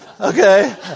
Okay